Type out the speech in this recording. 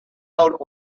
out